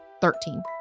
Thirteen